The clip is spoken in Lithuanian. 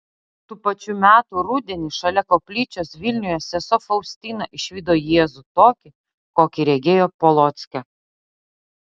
tų pačių metų rudenį šalia koplyčios vilniuje sesuo faustina išvydo jėzų tokį kokį regėjo polocke